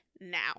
now